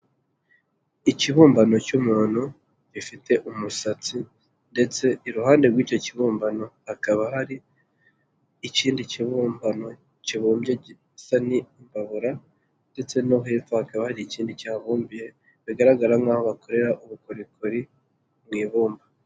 Ikibumbano cy'umuntu gifite umusatsi ndetse iruhande rw'icyo kibumbano hakaba hari ikindi kibumbano kibumbye gisa n'imbabura ndetse no hepfo hakaba hari ikindi kihabumbiye bigaragara nk'aho bakorera ubukorikori mu ibumba.